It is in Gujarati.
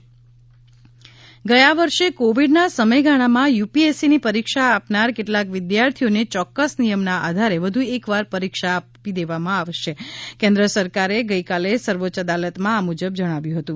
યપીએસસી કેન્દ્ર સરકાર ગયા વર્ષે કોવિડના સમયગાળામાં યુપીએસસીની પરીક્ષા આપનાર કેટલાક વિદ્યાર્થીઓને ચોકકસ નિયમના આધારે વધુ એકવાર પરીક્ષા આપવા સંમત થઇ છી કેન્દ્ર સરકારે ગઇકાલે સર્વોચ્ય અદાલતમાં આ મુજબ જણાવ્યું હતું